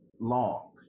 long